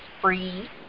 free